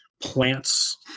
plants